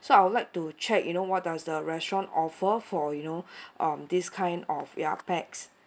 so I would like to check you know what does the restaurant offer for you know um this kind of ya pax